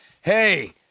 hey